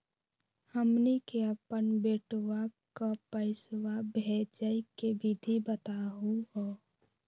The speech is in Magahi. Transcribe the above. हमनी के अपन बेटवा क पैसवा भेजै के विधि बताहु हो?